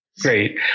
Great